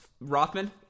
Rothman